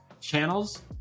channels